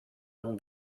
non